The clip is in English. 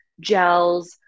gels